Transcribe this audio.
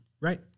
Right